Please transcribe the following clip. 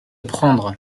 prendre